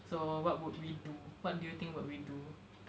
so what would we do what do you think would we do